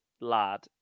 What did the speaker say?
lad